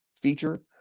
feature